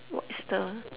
what is the